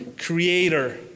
creator